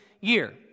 year